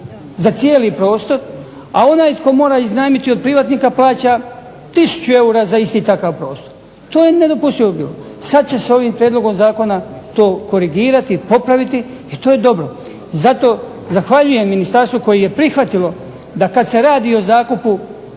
za cijeli prostor, a onaj tko mora iznajmiti od privatnika plaća 1000 eura za isti takav prostor, to je nedopustivo bilo, sada će se ovim Prijedlogom zakona to korigirati, popraviti i zato je to dobro. Zato zahvaljujem Ministarstvu koje je prihvatilo da kada se radi o zakupu